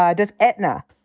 yeah does aetna?